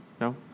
no